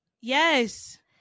yes